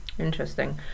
Interesting